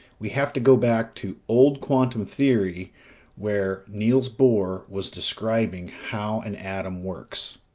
we have to go back to old quantum theory where niels bohr was describing how an atom works.